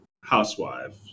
housewife